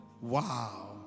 Wow